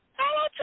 hello